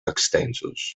extensos